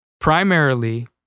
primarily